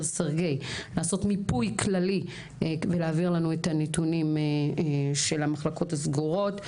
סרגיי לעשות מיפוי כללי ולהעביר לנו את הנתונים של המחלקות הסגורות.